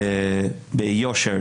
ביושר,